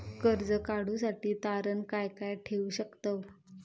कर्ज काढूसाठी तारण काय काय ठेवू शकतव?